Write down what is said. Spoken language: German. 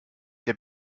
der